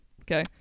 Okay